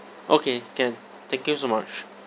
okay can thank you so much